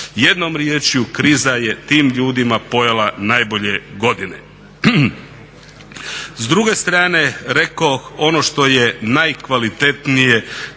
Jednom riječju kriza je tim ljudima pojela najbolje godine. S druge strane rekoh ono što je najkvalitetnije